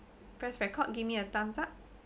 press record give me a thumbs up